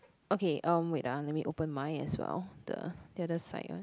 okay um wait ah let me open mine as well the the other side ah